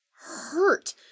hurt